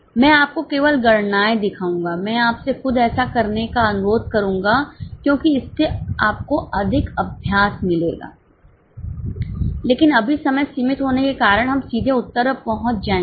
मैं आपको केवल गणनाएं दिखाऊंगा मैं आपसे खुद ऐसा करने का अनुरोध करूंगा क्योंकि इससे आपको अधिक अभ्यास मिलेगा लेकिन अभी समय सीमित होने के बाद हम सीधे उत्तर पर पहुंच जाएंगे